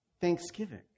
Thanksgiving